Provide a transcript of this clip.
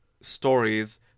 stories